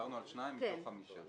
דיברנו על שניים מתוך חמישה.